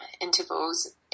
intervals